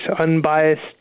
unbiased